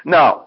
Now